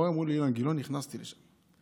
היה מולי, אילן גילאון, נכנסתי לשם.